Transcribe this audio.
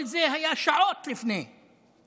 כל זה היה שעות לפני הפוגרום.